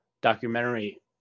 documentary